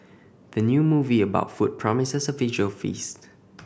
the new movie about food promises a visual feast